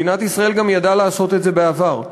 מדינת ישראל גם ידעה לעשות את זה בעבר.